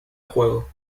juego